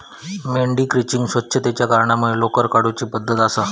मेंढी क्रचिंग स्वच्छतेच्या कारणांमुळे लोकर काढुची पद्धत हा